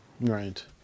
right